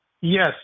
Yes